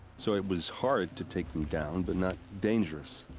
so it was hard to take them down, but not. dangerous.